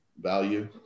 value